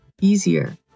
easier